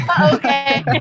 Okay